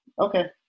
Okay